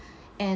and